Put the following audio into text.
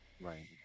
Right